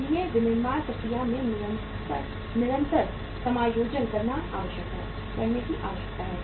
इसलिए विनिर्माण प्रक्रिया में निरंतर समायोजन करने की आवश्यकता है